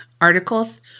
articles